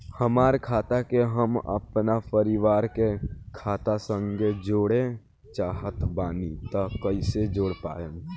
हमार खाता के हम अपना परिवार के खाता संगे जोड़े चाहत बानी त कईसे जोड़ पाएम?